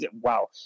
Wow